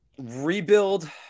Rebuild